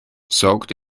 soaked